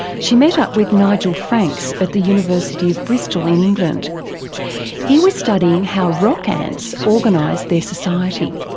she met up with nigel franks at the university of bristol in england he was studying how rock ants organise their society.